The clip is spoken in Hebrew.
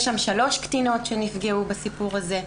יש שם שלוש קטינות שנפגעו בסיפור הזה,